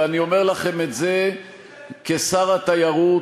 ואני אומר לכם את זה כשר התיירות,